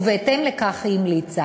ובהתאם לכך היא המליצה.